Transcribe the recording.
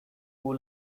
who